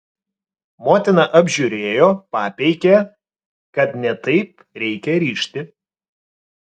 motina apžiūrėjo papeikė kad ne taip reikia rišti